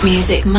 Music